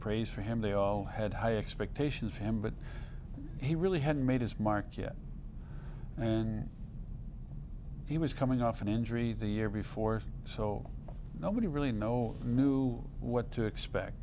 praise for him they all had high expectations of him but he really hadn't made his mark yet and he was coming off an injury the year before so nobody really know knew what to expect